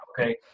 okay